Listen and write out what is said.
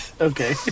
Okay